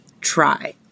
try